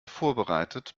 vorbereitet